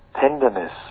tenderness